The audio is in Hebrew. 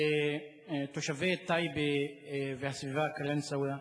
תושבי טייבה והסביבה, קלנסואה,